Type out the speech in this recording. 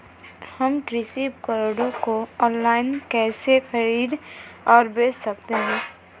हम कृषि उपकरणों को ऑनलाइन कैसे खरीद और बेच सकते हैं?